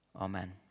Amen